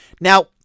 Now